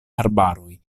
arbaroj